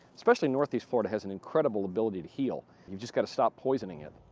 especially in northeast florida, has an incredible ability to heal. you've just got to stop poisoning it.